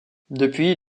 depuis